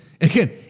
again